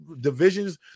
divisions